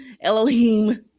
elohim